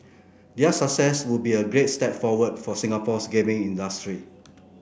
their success would be a great step forward for Singapore's gaming industry